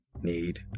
need